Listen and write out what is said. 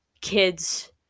kids